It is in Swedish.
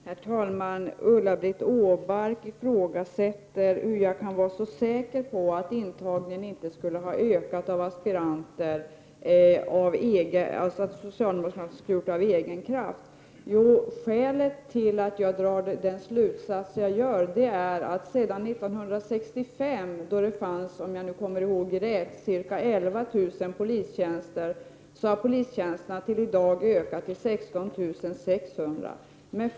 Herr talman! Ulla-Britt Åbark undrar hur jag kan vara så säker på att socialdemokraterna av egen kraft inte skulle ha ökat antagningarna till polishögskolan. Jo, skälet till att jag drar denna slutsats är att polistjänsterna sedan 1965, då det fanns ca 11 000 polistjänster, har ökat till 16 600 i dag.